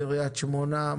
קריית שמונה,